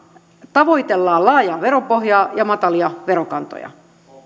tavoitellaan laajaa veropohjaa ja matalia verokantoja